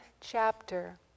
chapter